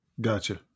Gotcha